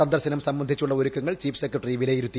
സന്ദർശം സംബന്ധിച്ചുള്ള ഒരുക്കങ്ങൾ chief secretary വിലയിരുത്തി